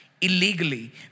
illegally